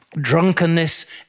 drunkenness